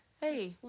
Hey